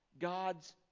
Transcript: God's